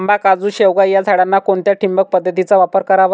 आंबा, काजू, शेवगा या झाडांना कोणत्या ठिबक पद्धतीचा वापर करावा?